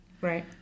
right